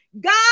God